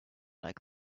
like